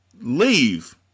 leave